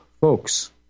folks